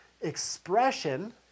expression